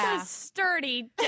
sturdy